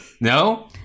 no